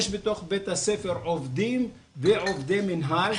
יש בתוך בית הספר עובדים ועובדי מינהל.